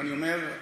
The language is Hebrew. ואני אומר: